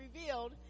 revealed